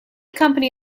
company